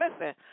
Listen